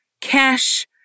cash